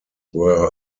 were